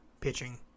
pitching